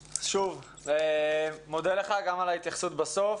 אני מודה לך, גם על ההתייחסות בסוף.